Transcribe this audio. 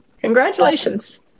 Congratulations